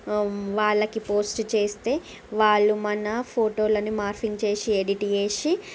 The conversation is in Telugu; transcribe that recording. వాళ్ళకి పోస్ట్ చేస్తే వాళ్ళు మన ఫోటోలను మార్పింగ్ చేసి ఎడిట్ చేసి